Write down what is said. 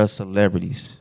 celebrities